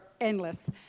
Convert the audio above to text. endless